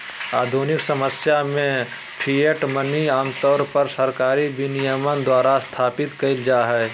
आधुनिक समय में फिएट मनी आमतौर पर सरकारी विनियमन द्वारा स्थापित कइल जा हइ